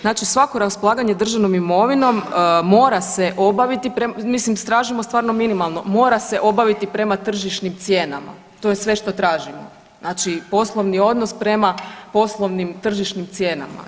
Znači svako raspolaganje državnom imovinom mora se obaviti, mislim tražimo stvarno minimalno, mora se obaviti prema tržišnim cijenama, to je sve što tražimo, znači poslovni odnos prema poslovnim tržišnim cijenama.